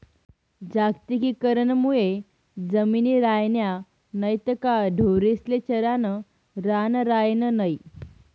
जागतिकीकरण मुये जमिनी रायन्या नैत का ढोरेस्ले चरानं रान रायनं नै